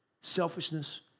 Selfishness